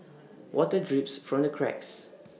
water drips from the cracks